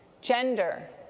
gender,